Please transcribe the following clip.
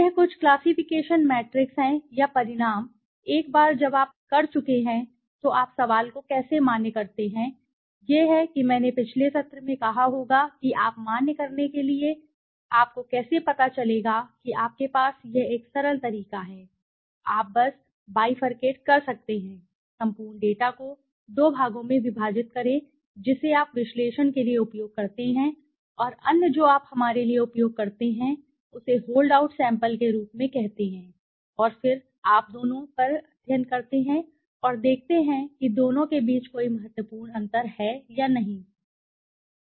यह कुछ classification matrix है या परिणाम अब एक बार जब आप कर चुके हैं तो आप सवाल को कैसे मान्य करते हैं यह है कि मैंने पिछले सत्र में भी कहा होगा कि आप मान्य करने के लिए आपको कैसे पता चलेगा कि आपके पास यह एक सरल तरीका है आप बस बाईफरकेट कर सकते हैं संपूर्ण डेटा को दो भागों में विभाजित करें जिसे आप विश्लेषण के लिए उपयोग करते हैं और अन्य जो आप हमारे लिए उपयोग करते हैं उसे होल्ड आउट सैंपल के रूप में कहते हैं और फिर आप दोनों पर अध्ययन करते हैं और देखते हैं कि दोनों के बीच कोई महत्वपूर्ण अंतर है या नहीं यह तो हुई एक बात